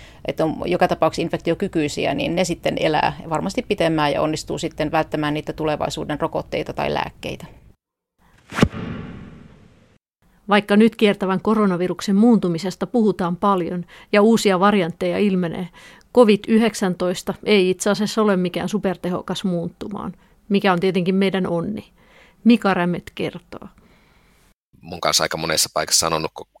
että on joka tapauksessa infektiokykyisiä, niin ne sitten elää varmasti pitemmään ja onnistuu sitten välttämään niitä tulevaisuuden rokotteita tai lääkkeitä. Vaikka nyt kiertävän koronaviruksen muuntumisesta puhutaan paljon ja uusia variantteja ilmenee, COVID-19 ei itse asiassa ole mikään supertehokas muuttumaan, mikä on tietenkin meidän onni. Mika Rämet kertoo. Mun kanssa aika monessa paikassa sanonut, kun